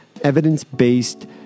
evidence-based